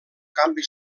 canvi